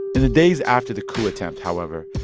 in the days after the coup attempt, however,